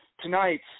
tonight